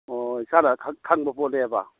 ꯑꯣ ꯏꯁꯥꯅ ꯈꯪꯕ ꯄꯣꯠꯅꯦꯕ